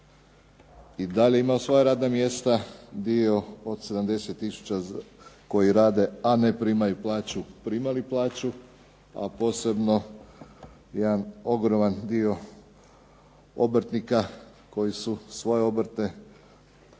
i dalje imao svoja radna mjesta, dio od 70 tisuća koji rade a ne primaju plaću, primali plaću, a posebno jedan ogroman dio obrtnika koji su svoje obrte morali